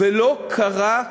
ולא קרה מאום.